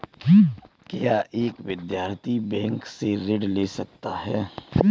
क्या एक विद्यार्थी बैंक से ऋण ले सकता है?